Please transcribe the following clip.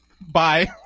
bye